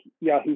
Yahoo